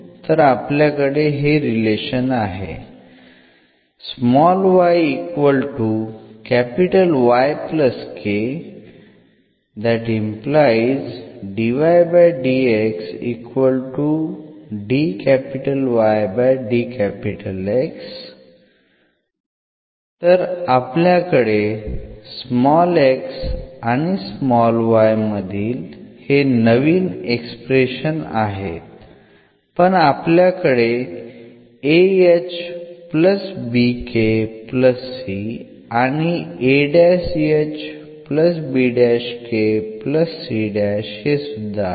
तर आपल्याकडे हे रिलेशन आहे तर आपल्याकडे x आणि y मधील हे नवीन एक्सप्रेशन आहे पण आपल्याकडे आणि हे सुद्धा आहे